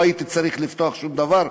לא הייתי צריך לפתוח שום דבר,